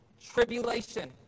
tribulation